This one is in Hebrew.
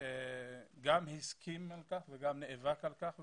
שגם הסכים לכך וגם נאבק על כך.